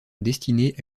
destinées